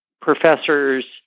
professors